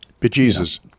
Bejesus